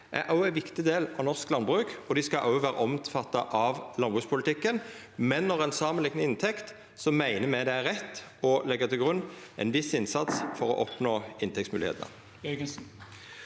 er ein viktig del av norsk landbruk, og dei skal òg vera omfatta av landbrukspolitikken, men når ein samanliknar inntekt, meiner me det er rett å leggja til grunn ein viss innsats for å oppnå inntektsmoglegheitene.